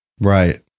Right